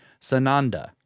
Sananda